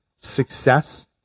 success